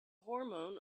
hormone